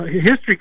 history